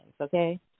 Okay